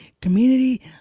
community